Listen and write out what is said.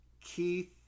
Keith